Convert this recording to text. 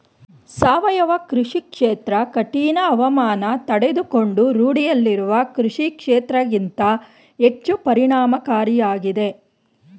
ಸಾವಯವ ಕೃಷಿ ಕ್ಷೇತ್ರ ಕಠಿಣ ಹವಾಮಾನ ತಡೆದುಕೊಂಡು ರೂಢಿಯಲ್ಲಿರುವ ಕೃಷಿಕ್ಷೇತ್ರಗಳಿಗಿಂತ ಹೆಚ್ಚು ಪರಿಣಾಮಕಾರಿಯಾಗಿದೆ